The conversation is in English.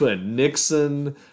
Nixon